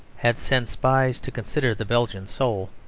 had sent spies to consider the belgian soul,